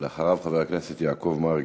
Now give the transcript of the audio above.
ואחריו, חבר הכנסת יעקב מרגי.